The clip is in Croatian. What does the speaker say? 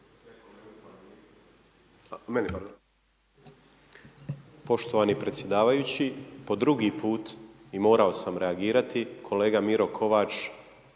Poštovani predsjedavajući, po drugi put i morao sam reagirati, kolega Miro Kovač